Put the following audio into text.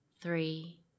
three